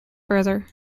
further